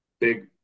big